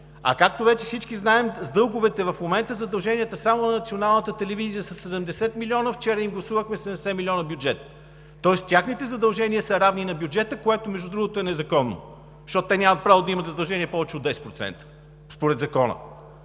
А както вече всички знаем, с дълговете в момента задълженията само на Националната телевизия са 70 милиона – вчера им гласувахме 70 милиона бюджет, тоест техните задължения са равни на бюджета. Това, между другото, е незаконно, защото нямат право да имат задължения повече от 10% според Закона.